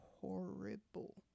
horrible